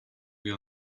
wir